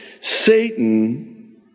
Satan